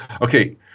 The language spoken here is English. Okay